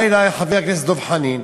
בא אלי חבר הכנסת דב חנין,